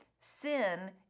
Sin